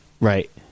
right